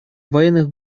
военных